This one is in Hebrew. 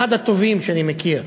אחד הטובים שאני מכיר.